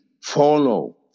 follow